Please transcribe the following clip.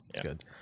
Good